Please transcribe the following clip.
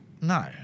No